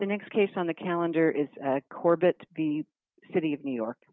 the next case on the calendar is act corbett the city of new york